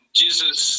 jesus